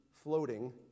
Floating